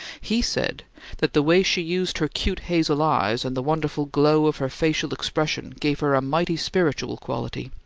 he said that the way she used her cute hazel eyes and the wonderful glow of her facial expression gave her a mighty spiritual quality.